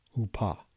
UPA